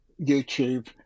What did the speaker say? YouTube